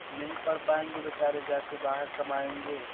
नहीं पढ़ पाएँगे बेचारे जा के बाहर कमाएँगे